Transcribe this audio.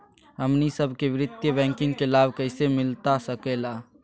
हमनी सबके वित्तीय बैंकिंग के लाभ कैसे मिलता सके ला?